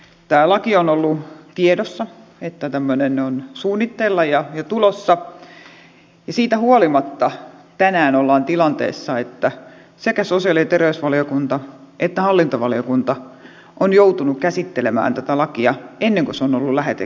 tämä laki on ollut tiedossa se että tämmöinen on suunnitteilla ja tulossa ja siitä huolimatta tänään ollaan tilanteessa että sekä sosiaali ja terveysvaliokunta että hallintovaliokunta ovat joutuneet käsittelemään tätä lakia ennen kuin se on ollut lähetekeskustelussa